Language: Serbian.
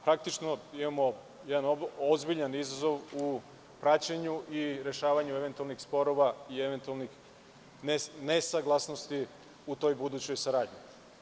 Praktično, imamo jedan ozbiljan izazov u praćenju i rešavanju eventualnih sporova i eventualnih nesaglasnosti u toj budućoj saradnji.